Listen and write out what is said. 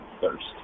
thirst